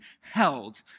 held